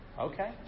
Okay